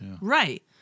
right